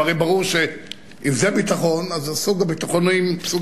הרי ברור שאם זה ביטחון אז זה סוג הביטחון